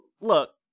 look